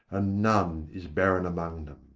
and none is barren among them.